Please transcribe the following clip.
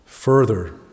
Further